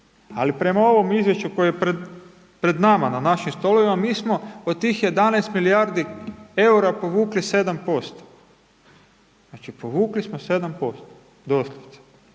Ali prema ovom izvješću koje je pred nama, na našim stolovima, mi smo od tih 11 milijardi EUR-a povukli 7%, znači, povukli smo 7% doslovce.